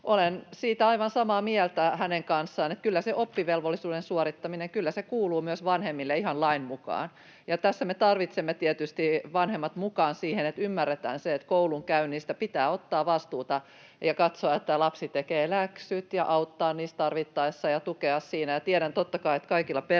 Olen siitä aivan samaa mieltä hänen kanssaan, että kyllä se oppivelvollisuuden suorittaminen kuuluu myös vanhemmille ihan lain mukaan. Tässä me tarvitsemme tietysti vanhemmat mukaan siihen, että ymmärretään se, että koulunkäynnistä pitää ottaa vastuuta ja katsoa, että lapsi tekee läksyt, ja auttaa niissä tarvittaessa ja tukea siinä. Tiedän totta kai, että kaikilla perheillä